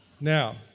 Now